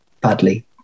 badly